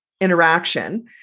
interaction